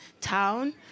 town